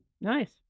Nice